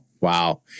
Wow